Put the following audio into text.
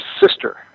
sister